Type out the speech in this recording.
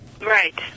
right